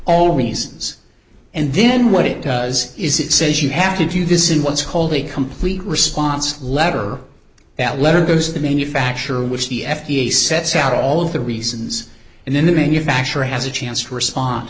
all reasons and then what it does is it says you have to do this in what's called a complete response letter that letter goes to the manufacturer which the f d a sets out all of the reasons and then the manufacturer has a chance to respond